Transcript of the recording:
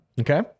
Okay